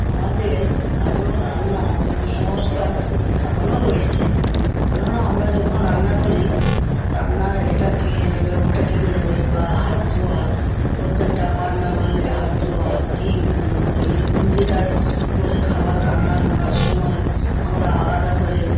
আমাদের এখনও রান্নার কুসংস্কার এখনও রয়েছে কেননা আমরা যখন রান্না করি রান্নায় এটা ঠেকে যাবে ওটা ঠেকে যাবে বা হাত ধোয়া প্রত্যেকটা বাটনা বাটলে হাত ধোওয়া কি খুন্তিটায় করে খাবার রান্না করার সময় আমরা আলাদা করে